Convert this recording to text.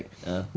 ah